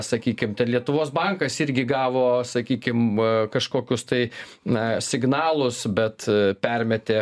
sakykim ten lietuvos bankas irgi gavo sakykim kažkokius tai na signalus bet permetė